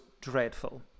dreadful